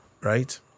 right